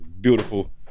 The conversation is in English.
beautiful